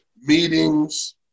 meetings